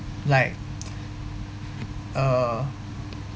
like uh